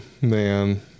man